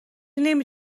نمی